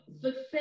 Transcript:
Success